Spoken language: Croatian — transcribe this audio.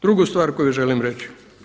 Drugu stvar koju želim reći.